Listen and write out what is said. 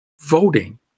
voting